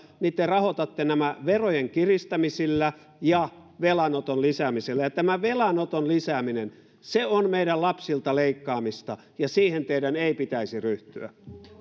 niin te rahoitatte nämä verojen kiristämisillä ja velanoton lisäämisellä ja tämä velanoton lisääminen on meidän lapsiltamme leikkaamista ja siihen teidän ei pitäisi ryhtyä